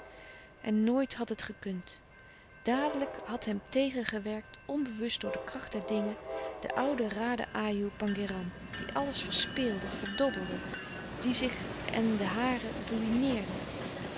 en nooit had het gekund dadelijk had hem tegengewerkt onbewust door de kracht der dingen de oude raden ajoe pangéran die alles verspeelde verdobbelde die zich en de haren